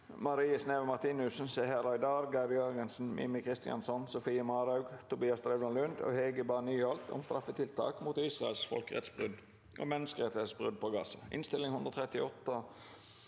Marie Sneve Martinussen, Seher Aydar, Geir Jørgensen, Mímir Kristjánsson, Sofie Marhaug, Tobias Drevland Lund og Hege Bae Nyholt om straffetiltak mot Israels folkeretts- brudd og menneskerettighetsbrudd på Gaza (Innst. 138